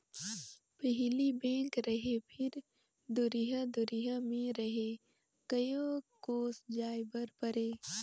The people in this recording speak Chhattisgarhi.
पहिली बेंक रहें फिर दुरिहा दुरिहा मे रहे कयो कोस जाय बर परे